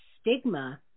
stigma